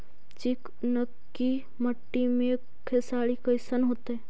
चिकनकी मट्टी मे खेसारी कैसन होतै?